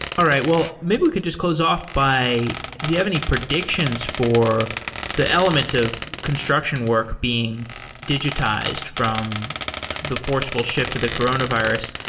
all right. well, maybe we could just close off by do you have any predictions for the element of construction work being digitized from the forceful shift to the coronavirus?